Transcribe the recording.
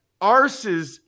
arses